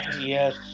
yes